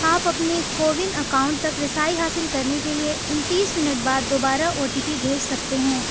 آپ اپنےکوون اکاؤنٹ تک رسائی حاصل کرنے کے لیے انتیس منٹ بعد دوبارہ او ٹی پی بھیج سکتے ہیں